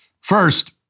First